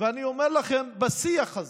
אומר לכם, בשיח הזה,